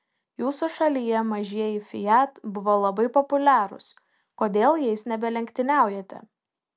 jūsų šalyje mažieji fiat buvo labai populiarūs kodėl jais nebelenktyniaujate